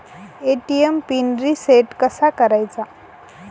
ATM PIN reset कसा करायचा?